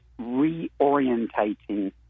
reorientating